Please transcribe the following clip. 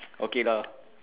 okay lah